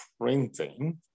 printing